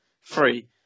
Free